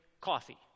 coffee